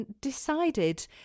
decided